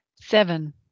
Seven